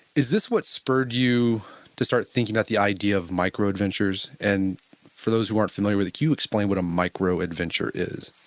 is this what spurred you to start thinking about the idea of microadventures? and for those who aren't familiar with it can you explain what a microadventure is?